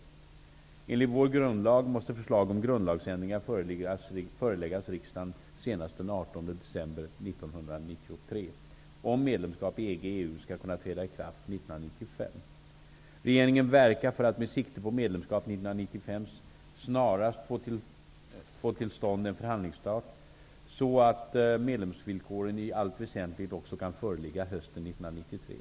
Enligt vår grundlag måste förslag om grundlagsändringar föreläggas riksdagen senast den 18 december 1993, om medlemskap i EG/EU skall kunna träda i kraft 1995. Regeringen verkar för att med sikte på medlemskap 1995 snarast få till stånd en förhandlingsstart så att medlemskapsvillkoren i allt väsentligt också kan föreligga hösten 1993.